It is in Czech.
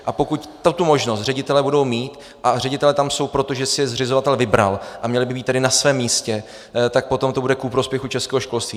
A pokud tuto možnost ředitelé budou mít, a ředitelé tam jsou proto, že si je zřizovatel vybral, a měli by tedy být na svém místě, tak potom to bude ku prospěchu českého školství.